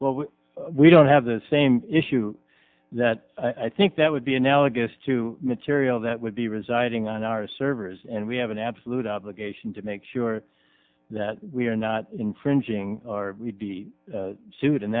well we don't have the same issue that i think that would be analogous to material that would be residing on our servers and we have an absolute obligation to make sure that we are not infringing or we'd be sued in